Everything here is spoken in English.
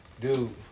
Dude